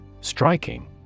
Striking